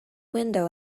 window